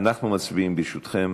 אנחנו מצביעים, ברשותכם.